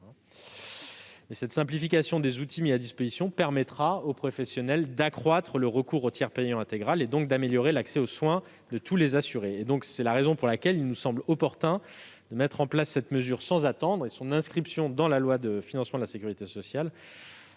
la simplification des outils mis à disposition permettra aux professionnels d'accroître le recours au tiers payant intégral, donc d'améliorer l'accès aux soins de tous les assurés. C'est la raison pour laquelle il nous semble opportun de mettre en place une telle mesure sans attendre. Son inscription en loi de financement de la sécurité sociale